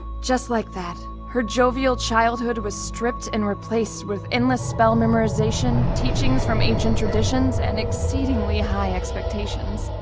just like that, her jovial childhood was stripped and replaced with endless spell memorization, teachings from ancient traditions, and exceedingly high expectations.